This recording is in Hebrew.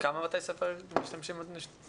כמה בתי ספר משתמשים בזה?